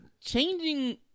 changing